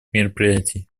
мероприятий